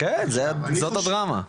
זאת הדרמה.